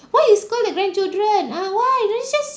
why you scold the grandchildren ah why don't you just